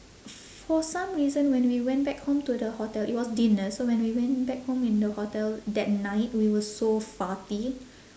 for some reason when we went back home to the hotel it was dinner so when we went back home in the hotel that night we were so farty